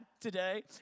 today